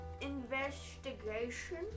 investigation